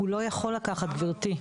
הוא לא יכול לקחת, גברתי.